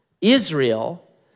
Israel